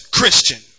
Christian